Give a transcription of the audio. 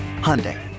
Hyundai